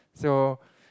so